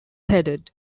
headed